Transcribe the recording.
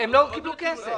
הם לא קיבלו כסף.